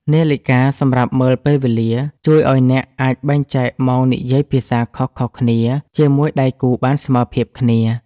នាឡិកាសម្រាប់មើលពេលវេលា ជួយឱ្យអ្នកអាចបែងចែកម៉ោងនិយាយភាសាខុសៗគ្នាជាមួយដៃគូបានស្មើភាពគ្នា។